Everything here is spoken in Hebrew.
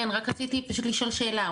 כן, רק רציתי לשאול שאלה.